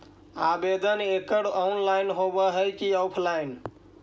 आवेदन एकड़ ऑनलाइन होव हइ की ऑफलाइन?